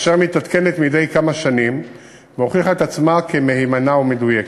אשר מתעדכנת כל כמה שנים והוכיחה את עצמה כמהימנה ומדויקת.